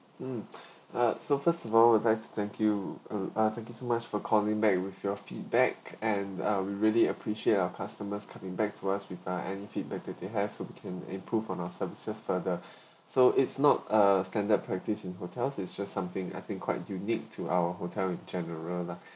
mm uh so first of all would like to thank you mm uh thank you so much for calling back with your feedback and uh we really appreciate our customers coming back to us with uh any feedback do they have so we can improve on our services further so it's not a standard practice in hotels it's just something I think quite unique to our hotel in general lah